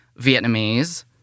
Vietnamese